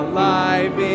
Alive